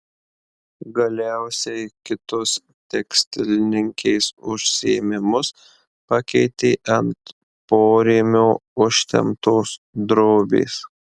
galiausiai kitus tekstilininkės užsiėmimus pakeitė ant porėmio užtemptos drobės